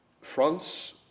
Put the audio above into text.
France